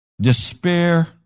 despair